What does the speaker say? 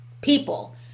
people